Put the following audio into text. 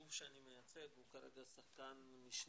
הגוף שאני מייצג הוא כרגע שחקן משני,